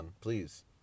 Please